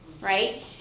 right